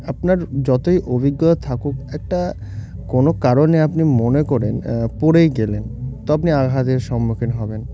আপনার যতই অভিজ্ঞতা থাকুক একটা কোনো কারণে আপনি মনে করেন পড়েই গেলেন তো আপনি আঘাতের সম্মুখীন হবেন